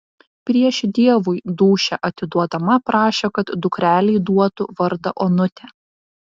prieš dievui dūšią atiduodama prašė kad dukrelei duotų vardą onutė